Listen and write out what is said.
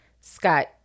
Scott